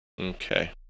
Okay